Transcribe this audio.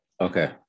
okay